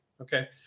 Okay